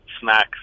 Snacks